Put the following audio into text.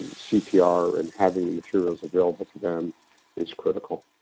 cpr and having the materials available to them is critical.